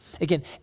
Again